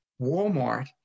Walmart